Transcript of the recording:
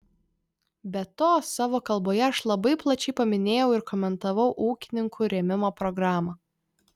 be to savo kalboje aš labai plačiai paminėjau ir komentavau ūkininkų rėmimo programą